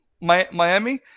Miami